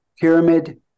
pyramid